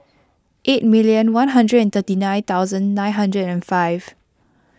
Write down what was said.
eight million one hundred and thirty nine thousand nine hundred and five